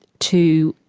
to